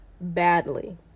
badly